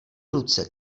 ruce